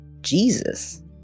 Jesus